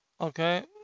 Okay